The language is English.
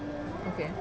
okay